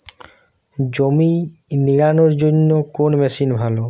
জমি নিড়ানোর জন্য কোন মেশিন ভালো?